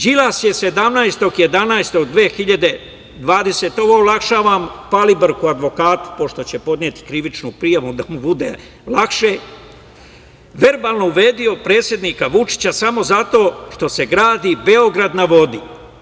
Đilas je 17.11.2020. godine, ovo olakšavam Palibrku advokatu, pošto će podneti krivičnu prijavu, da mu bude lakše, verbalno uvredio predsednika Vučića samo zato što se gradi „Beograd na vodi“